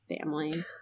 family